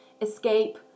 escape